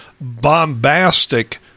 bombastic